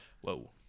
Whoa